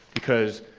because,